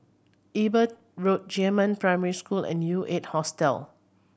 Eber Road Jiemin Primary School and U Eight Hostel